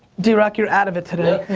drock you're out of it today.